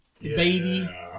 baby